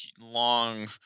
long